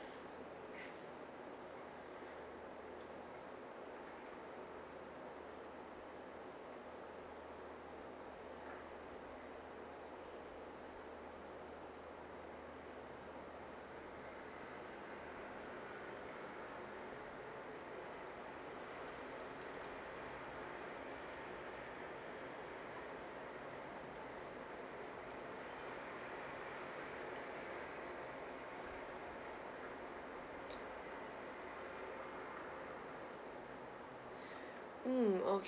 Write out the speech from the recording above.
mm okay